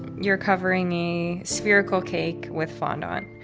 you're covering a spherical cake with fondant.